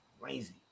crazy